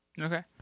Okay